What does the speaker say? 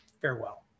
Farewell